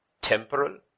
temporal